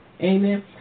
Amen